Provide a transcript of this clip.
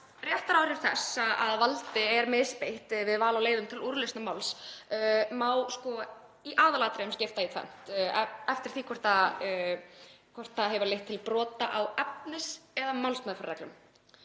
réttaráhrif þess að valdi er misbeitt við val á leiðum til úrlausnar máls má í aðalatriðum skipta í tvennt eftir því hvort það hefur leitt til brota á efnis- eða málsmeðferðarreglum.